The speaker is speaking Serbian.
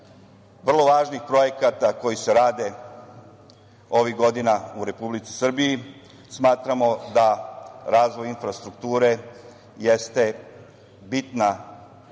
vrlo važnih projekata koji se rade ovih godina u Republici Srbiji. Smatramo da razvoj infrastrukture jeste bitna